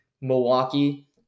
Milwaukee